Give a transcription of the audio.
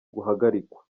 guhagarikwa